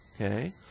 okay